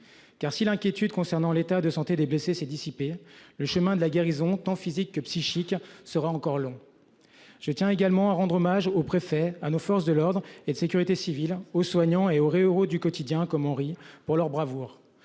Car si l'inquiétude concernant l'état de santé des blessés s'est dissipé, le chemin de la guérison, tant physique que psychique sera encore long. Je tiens également à rendre hommage au préfet à nos forces de l'ordre et de sécurité civile aux soignants et aurait euros du quotidien comme on rit pour leur bravoure